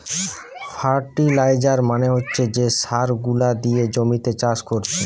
fertiliser মানে হচ্ছে যে সার গুলা দিয়ে জমিতে চাষ কোরছে